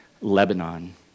Lebanon